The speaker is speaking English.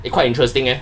eh quite interesting eh